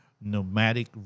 nomadic